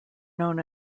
known